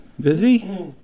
busy